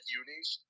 unis